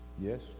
yes